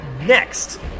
Next